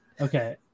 Okay